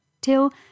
till